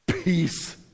peace